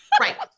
Right